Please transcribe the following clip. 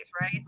right